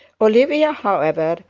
olivia, however,